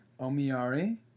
Omiyari